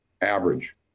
average